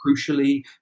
crucially